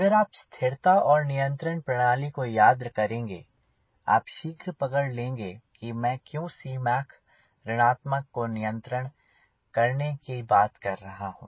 अगर आप स्थिरता और नियंत्रण प्रणाली को याद करेंगे आप शीघ्र पकड़ लेंगे कि मैं क्यों Cmacऋणात्मक को नियंत्रित करने की बात कर रहा हूँ